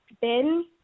Ben